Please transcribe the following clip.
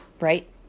right